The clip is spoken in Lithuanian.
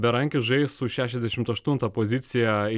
berankis žais su šešiasdešimt aštunta poziciją